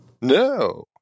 No